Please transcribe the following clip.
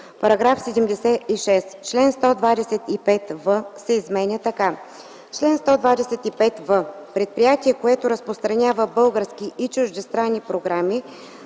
§ 76: „§ 76. Член 125в се изменя така: „Чл. 125в. Предприятие, което разпространява български и чуждестранни програми,